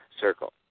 circle